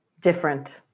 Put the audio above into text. different